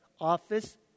Office